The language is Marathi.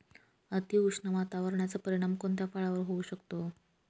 अतिउष्ण वातावरणाचा परिणाम कोणत्या फळावर होऊ शकतो?